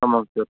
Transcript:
ஆமாங்க சார்